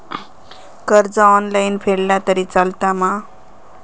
कर्ज ऑनलाइन फेडला तरी चलता मा?